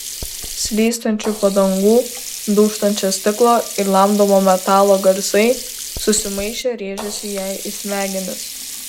slystančių padangų dūžtančio stiklo ir lamdomo metalo garsai susimaišę rėžėsi jai į smegenis